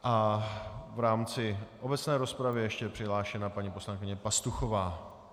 A v rámci obecné rozpravy je ještě přihlášena paní poslankyně Pastuchová.